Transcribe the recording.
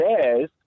says